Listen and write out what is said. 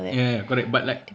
ya ya correct but like